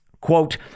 Quote